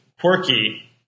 Quirky